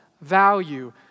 value